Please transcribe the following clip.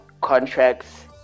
contracts